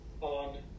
on